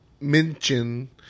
mention